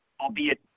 albeit